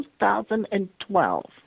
2012